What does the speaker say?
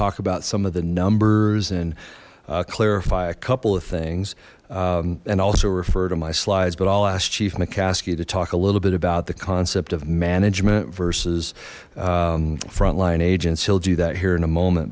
talk about some of the numbers and clarify a couple of things and also refer to my slides but i'll ask chief mccaskey to talk a little bit about the concept of management versus front line agents he'll do that here in a moment